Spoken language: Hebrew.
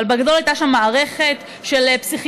אבל בגדול הייתה שם מערכת של פסיכיאטרים